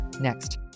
next